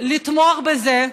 לתמוך בזה.